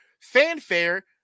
fanfare